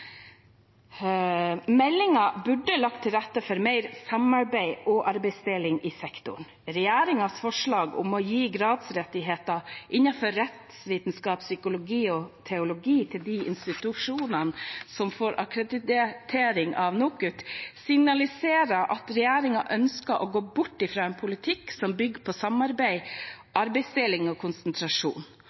burde lagt til rette for mer samarbeid og arbeidsdeling i sektoren. Regjeringens forslag om å gi gradsrettigheter innenfor rettsvitenskap, psykologi og teologi til de institusjonene som får akkreditering av NOKUT, signaliserer at regjeringen ønsker å gå bort fra en politikk som bygger på samarbeid, arbeidsdeling og konsentrasjon.